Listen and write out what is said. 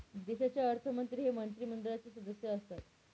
देशाचे अर्थमंत्री हे मंत्रिमंडळाचे सदस्य असतात